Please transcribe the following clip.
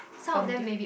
from